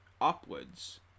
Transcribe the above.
upwards